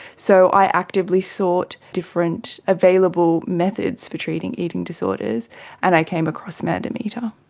so i actively sought different available methods for treating eating disorders and i came across mandometer.